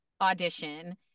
audition